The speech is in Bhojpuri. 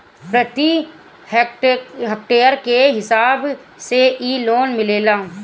प्रति हेक्टेयर के हिसाब से इ लोन मिलेला